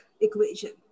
equation